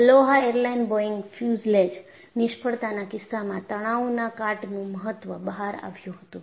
Aloha airline Boeing fuselage નિષ્ફળતાના કિસ્સામાં તણાવના કાટનું મહત્વ બહાર આવ્યું હતું